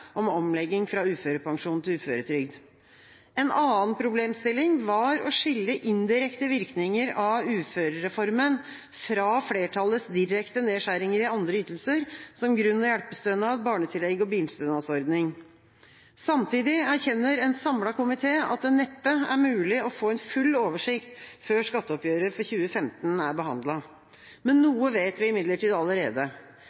om omlegging fra uførepensjon til uføretrygd. En annen problemstilling var å skille indirekte virkninger av uførereformen fra flertallets direkte nedskjæringer i andre ytelser, som grunn- og hjelpestønad, barnetillegg og bilstønadsordning. Samtidig erkjenner en samlet komité at det neppe er mulig å få en full oversikt før skatteoppgjøret for 2015 er behandlet. Noe vet vi imidlertid allerede.